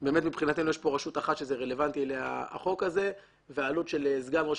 מבחינתנו יש כאן רשות אחת שזה רלוונטי לגביה והעלות של סגן ראש